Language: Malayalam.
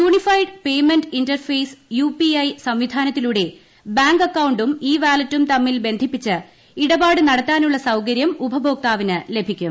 യുണിഫൈഡ് പെയ്മെന്റ് ഇന്റർഫെയ്സ് യുപിഐ സംവിധാനത്തിലൂടെ ബാങ്ക് അക്കൌണ്ടും ഇ വാലറ്റും തമ്മിൽ ബന്ധിപ്പിച്ച് ഇടപാട് നടത്താനുള്ള സൌകര്യം ഉപഭോക്താവിന് ലഭിക്കും